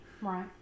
Right